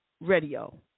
Radio